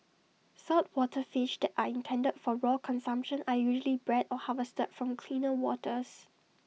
saltwater fish that are intended for raw consumption are usually bred or harvested from cleaner waters